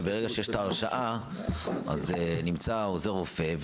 שכשיש הרשאה אז נמצא עוזר רופא,